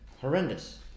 Horrendous